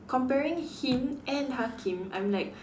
comparing him and Hakim I'm like